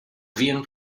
havien